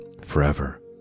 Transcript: forever